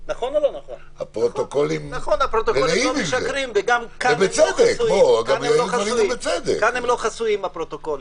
הפרוטוקולים לא משקרים וכאן הם גם לא חסויים.